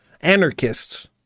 anarchists